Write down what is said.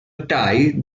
tie